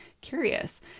curious